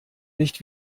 nicht